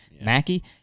Mackie